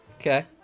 Okay